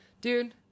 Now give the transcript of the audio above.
dude